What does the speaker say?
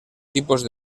tipos